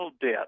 debt